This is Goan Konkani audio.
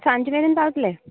सांजचे मेरेन पावतलें